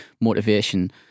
motivation